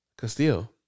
Castillo